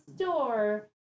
store